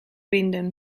binden